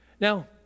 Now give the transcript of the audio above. Now